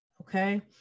okay